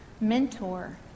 mentor